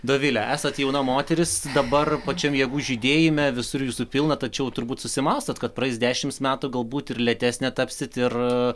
dovile esat jauna moteris dabar pačiam jėgų žydėjime visur jūsų pilna tačiau turbūt susimąstot kad praeis dešimt metų galbūt ir lėtesnė tapsit ir